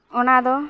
ᱚᱱᱟ ᱫᱚ